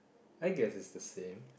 I guess is the same